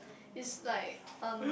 is like um